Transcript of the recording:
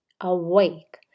awake